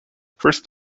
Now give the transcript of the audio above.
first